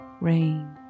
rain